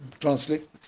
translate